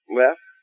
left